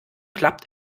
klappt